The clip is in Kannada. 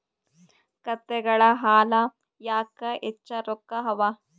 ಕತ್ತೆಗಳ ಹಾಲ ಯಾಕ ಹೆಚ್ಚ ರೊಕ್ಕ ಅವಾ?